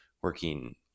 working